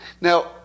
Now